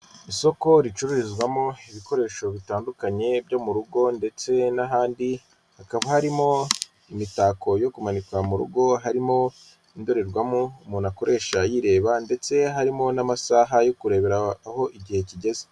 Isoko ricururizwamo ibikoresho bitandukanye byo mu rugo ndetse n'ahandi, hakaba harimo imitako yo kumanikwa mu rugo harimo indorerwamo umuntu akoresha yireba ndetse harimo n'amasaha yo kurebera aho igihe kigeze.